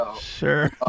Sure